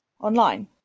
online